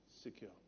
secure